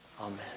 Amen